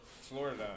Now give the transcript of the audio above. Florida